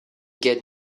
get